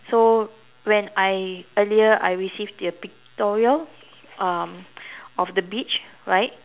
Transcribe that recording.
so when I earlier I receive their pictorial um of the beach right